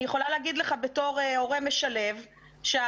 אני יכולה להגיד לך כהורה משלב שהמשלב